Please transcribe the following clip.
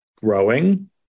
growing